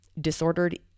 disordered